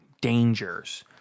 dangers